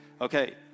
Okay